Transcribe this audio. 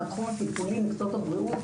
מהתחום הטיפולי במקצועות הבריאות.